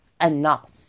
enough